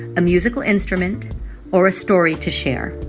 a musical instrument or a story to share.